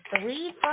three